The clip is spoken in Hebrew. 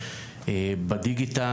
גם עם התאחדות הכדורגל,